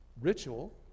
Ritual